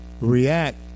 react